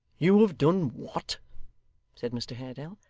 you have done what said mr haredale.